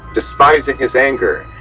despising his anger,